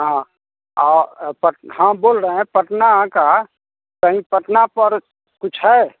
हाँ और हाँ बोल रहे हैं पटना का कहीं पटना पर कुछ है